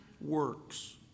works